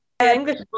English